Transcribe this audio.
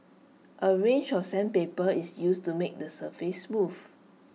A range of sandpaper is used to make the surface smooth